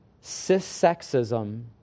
cis-sexism